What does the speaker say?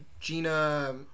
Gina